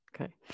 Okay